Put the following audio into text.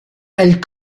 elle